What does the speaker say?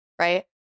Right